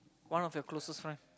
one of your closest friend